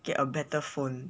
get a better phone